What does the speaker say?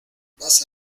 vas